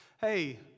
Hey